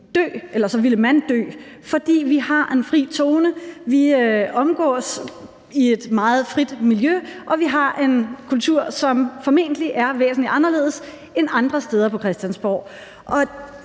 Ridebanen, så ville de dø, fordi vi har en fri tone. Vi omgås i et meget frit miljø, og vi har en kultur, som formentlig er væsentlig anderledes end andre steder på Christiansborg.